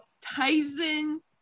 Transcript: Tyson